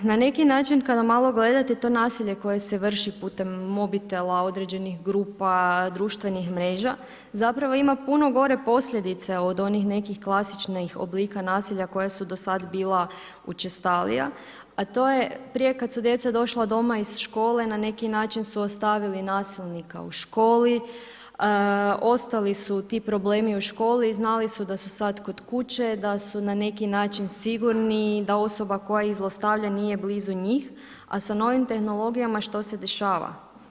Na neki način kada malo gledate to nasilje koje se vrši putem mobitela, određenih grupa, društvenih mreža, zapravo ima puno gore posljedice od onih nekih klasičnih oblika nasilja koje su do sad bila učestalija, a to je prije kad su djeca došla doma iz škole, na neki način su ostavili nasilnika u školi, ostali su ti problemi u školi i znali su da su sad kod kuće, da su na neki način sigurni, da osoba koja ih zlostavlja nije blizu njih, a sa novim tehnologijama što se dešava.